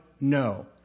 no